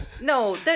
No